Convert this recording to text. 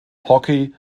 hockey